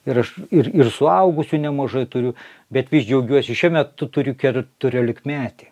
ir aš ir ir suaugusiu nemažai turiu bet vis džiaugiuosi šiuo metu turiu keturiolikmetį